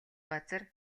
газар